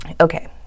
Okay